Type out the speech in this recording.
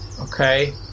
okay